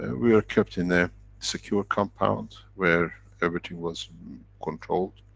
and we were kept in a secure compound, where everything was controlled.